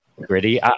gritty